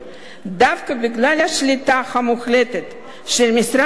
דווקא בגלל השליטה המוחלטת של משרד האוצר